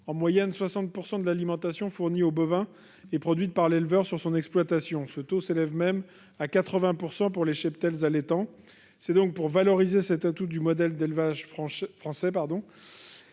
en moyenne, 60 % de l'alimentation fournie aux bovins est produite par l'éleveur sur son exploitation. Ce taux s'élève même à 80 % pour les cheptels allaitants. C'est pour valoriser cet atout du modèle d'élevage français